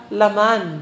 laman